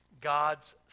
God's